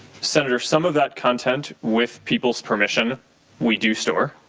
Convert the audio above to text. senator, some of that content with people's permission we do store.